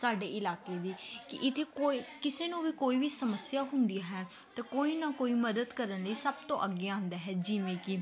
ਸਾਡੇ ਇਲਾਕੇ ਦੀ ਕਿ ਇੱਥੇ ਕੋਈ ਕਿਸੇ ਨੂੰ ਵੀ ਕੋਈ ਵੀ ਸਮੱਸਿਆ ਹੁੰਦੀ ਹੈ ਤਾਂ ਕੋਈ ਨਾ ਕੋਈ ਮਦਦ ਕਰਨ ਲਈ ਸਭ ਤੋਂ ਅੱਗੇ ਆਉਂਦਾ ਹੈ ਜਿਵੇਂ ਕਿ